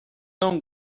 não